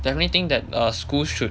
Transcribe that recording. definitely think err that schools should